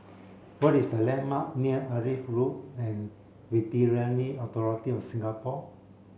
what is the landmark near Agri Road and Veterinary Authority of Singapore